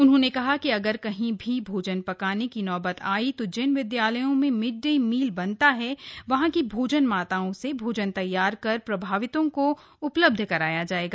उन्होंने कहा कि अगर कहीं भी भोजन पकाने की नौबत आई तो जिन विद्यालयों में मिड डे मील बनता है वहां की भोजन माताओं से भोजन तैयार कर प्रभावितों को उपलब्ध कराया जाएगा